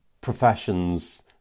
professions